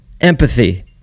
empathy